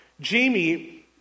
Jamie